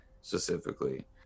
specifically